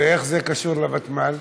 ואיך זה קשור לוותמ"ל?